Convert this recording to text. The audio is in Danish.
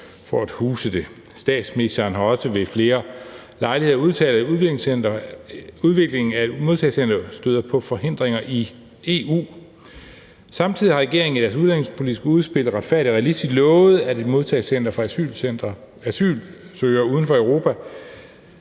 for at huse det. Statsministeren har også ved flere lejligheder udtalt, at udviklingen af et modtagecenter støder på forhindringer i EU. Samtidig har regeringen i deres udlændingepolitiske udspil »Retfærdig og realistisk« lovet, at et modtagecenter for asylansøgere uden for Europa